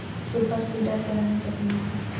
Super seeder के दाम केतना ह?